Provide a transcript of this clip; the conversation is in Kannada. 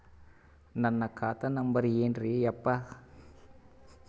ನನ್ನ ಖಾತಾ ನಂಬರ್ ಏನ್ರೀ ಯಪ್ಪಾ?